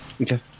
Okay